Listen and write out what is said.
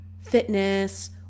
fitness